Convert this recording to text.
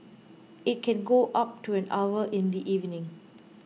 it can go up to an hour in the evening